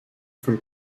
from